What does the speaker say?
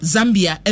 Zambia